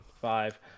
five –